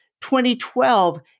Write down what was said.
2012